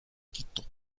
quito